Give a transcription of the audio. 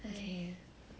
okay